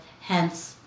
hence